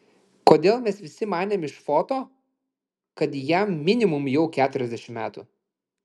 kodėl mes visi manėm iš foto kad jam minimum jau keturiasdešimt metų